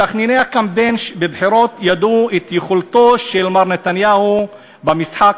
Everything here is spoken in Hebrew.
מתכנני הקמפיין בבחירות ידעו על יכולתו של מר נתניהו במשחק,